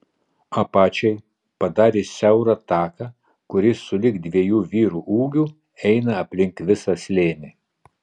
apačiai padarė siaurą taką kuris sulig dviejų vyrų ūgiu eina aplink visą slėnį